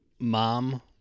Mom